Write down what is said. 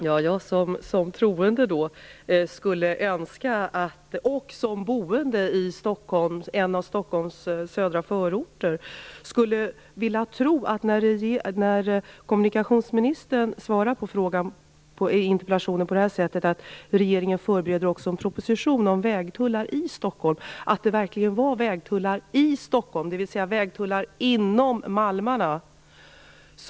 Fru talman! När kommunikationsministern svarar på interpellationen på det sättet att regeringen också förbereder en proposition om vägtullar i Stockholm skulle jag som "troende" och som boende i en Stockholms södra förorter vilja tro att det verkligen var vägtullar i Stockholm, dvs. vägtullar inom malmarna, som avses.